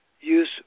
use